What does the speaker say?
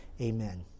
Amen